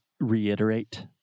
reiterate